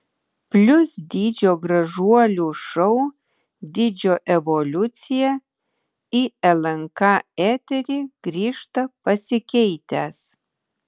plius dydžio gražuolių šou dydžio evoliucija į lnk eterį grįžta pasikeitęs